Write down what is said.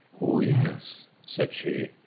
oh yes, said she.